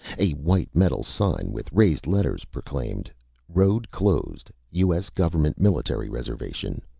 a white metal sign with raised letters proclaimed road closed. u s. government military reservation.